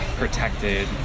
protected